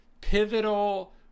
pivotal